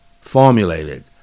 formulated